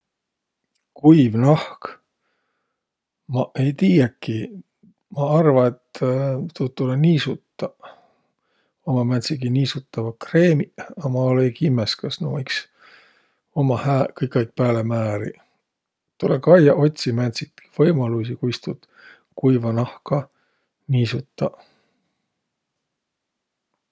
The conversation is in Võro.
Kuiv nahk? Maq ei tiiäki. Ma arva, et tuud tulõ niisutaq. Ummaq määntsegiq niisutavaq kreemiq, a ma olõ-õi kimmäs, kas nuuq iks ummaq hääq kõikaig pääle määriq. Tulõ kaiaq, otsiq määntstki võimaluisi, kuis tuud kuiva nahka niisutaq.